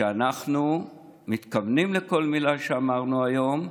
שאנחנו מתכוונים לכל מילה שאמרנו היום,